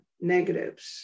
negatives